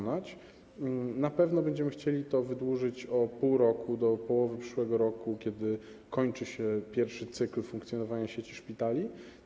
Na pewno będziemy chcieli to wydłużyć o pół roku, do połowy przyszłego roku, kiedy kończy się pierwszy cykl funkcjonowania sieci szpitali.